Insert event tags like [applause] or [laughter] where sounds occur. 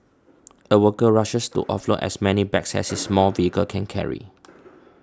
a worker rushes to offload as many bags [noise] as his small vehicle can carry